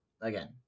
again